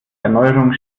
erneuerung